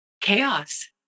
chaos